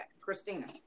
Christina